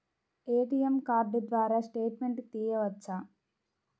ATM card ద్వారా statement తీయవచ్చా?